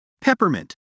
Peppermint